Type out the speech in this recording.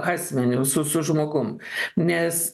asmeniu su su žmogum nes